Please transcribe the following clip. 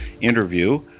interview